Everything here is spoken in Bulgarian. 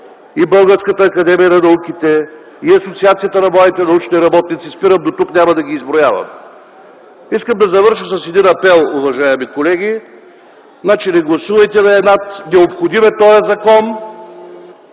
и Българската академия на науките, и Асоциацията на младите научни работници – спирам дотук, няма да ги изброявам. Завършвам с един апел, уважаеми колеги: не гласувайте на инат, този закон